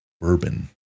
bourbon